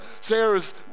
Sarah's